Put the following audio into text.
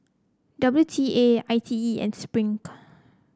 W T A I T E and Spring